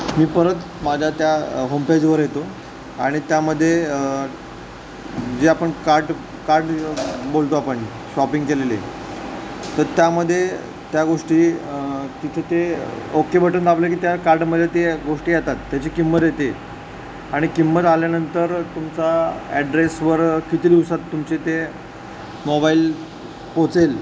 मी परत माझ्या त्या होमपेजवर येतो आणि त्यामध्ये जे आपण कार्ट कार्ट जे बोलतो आपण शॉपिंग केलेली तर त्यामध्ये त्या गोष्टी तिथे ते ओके बटन दाबलं की त्या कार्टमध्ये ते गोष्टी येतात त्याची किंमत येते आणि किंमत आल्यानंतर तुमचा ॲड्रेसवर किती दिवसात तुमचे ते मोबाईल पोहोचेल